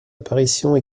apparitions